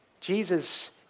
Jesus